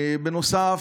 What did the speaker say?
בנוסף,